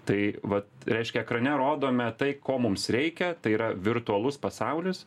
tai vat reiškia ekrane rodome tai ko mums reikia tai yra virtualus pasaulis